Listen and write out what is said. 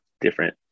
different